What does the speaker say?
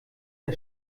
der